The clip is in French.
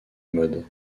mode